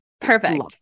perfect